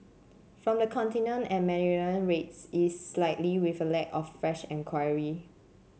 from the Continent and Mediterranean rates eased slightly with a lack of fresh enquiry